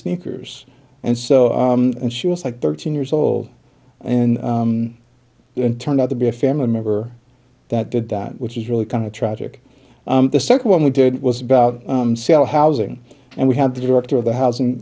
sneakers and so on and she was like thirteen years old and then turned out to be a family member that did that which is really kind of tragic the second one we did was about cell housing and we had the director of the housing